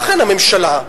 ואכן הממשלה,